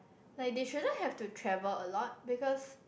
like they shouldn't have to travel a lot because